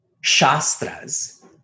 shastras